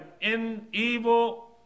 in-evil